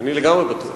אני לגמרי בטוח.